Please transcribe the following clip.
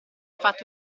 fatto